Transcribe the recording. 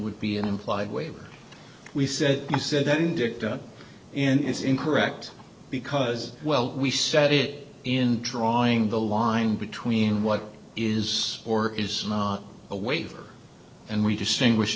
would be an implied waiver we said you said ended in is incorrect because well he said it in drawing the line between what is or is not a waiver and we distinguish